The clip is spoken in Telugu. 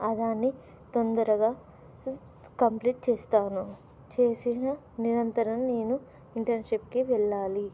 దాన్ని తొందరగా కంప్లీట్ చేస్తాను చేసిన అనంతరం నేను ఇంటర్న్షిప్కి వెళ్ళాలి